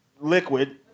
liquid